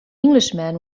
englishman